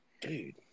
Dude